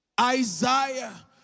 Isaiah